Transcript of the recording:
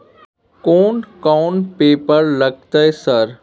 कोन कौन पेपर लगतै सर?